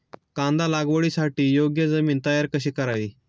कांदा लागवडीसाठी योग्य जमीन तयार कशी करावी?